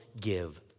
give